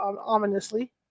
ominously